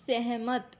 ਸਹਿਮਤ